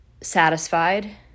satisfied